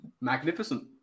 Magnificent